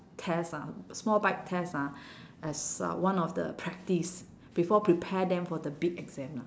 test ah small bite test ah as uh one of the practice before prepare them for the big exam lah